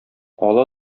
ала